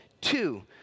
two